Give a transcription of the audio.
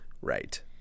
Right